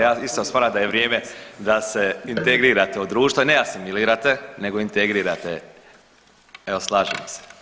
Ja isto smatram da je vrijeme da se integrirate u društvo i ne asimilirate nego integrirate, evo slažem se.